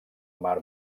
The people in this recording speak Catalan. mar